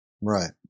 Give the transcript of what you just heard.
Right